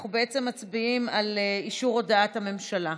אנחנו מצביעים על אישור הודעת הממשלה.